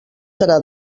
serà